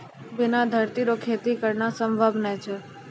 बिना धरती रो खेती करना संभव नै छै